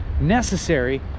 necessary